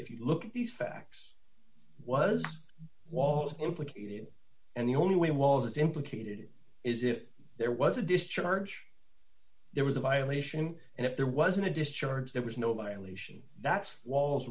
if you look at these facts was walt implicated and the only way was implicated is if there was a discharge there was a violation and if there wasn't a discharge there was no violation that's wa